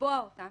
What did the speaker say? לקבוע אותן